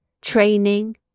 Training